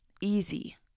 easy